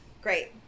Great